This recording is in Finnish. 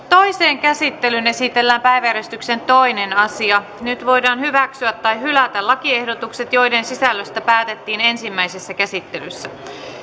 toiseen käsittelyyn esitellään päiväjärjestyksen toinen asia nyt voidaan hyväksyä tai hylätä lakiehdotukset joiden sisällöstä päätettiin ensimmäisessä käsittelyssä